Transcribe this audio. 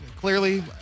Clearly